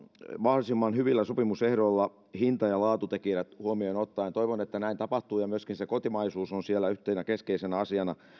mahdollisimman hyvillä sopimusehdoilla hinta ja laatutekijät huomioon ottaen toivon että näin tapahtuu ja myöskin se kotimaisuus on siellä yhtenä keskeisenä asiana